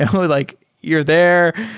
and like you're there.